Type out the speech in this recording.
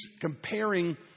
comparing